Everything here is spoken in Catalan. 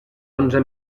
onze